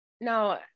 No